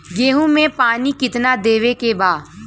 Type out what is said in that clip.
गेहूँ मे पानी कितनादेवे के बा?